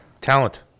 talent